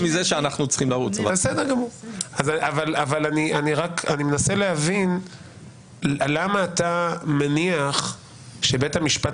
אבל אני מנסה להבין למה אתה מניח שבית המשפט